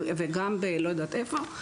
וגם בלא יודעת איפה,